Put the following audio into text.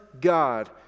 God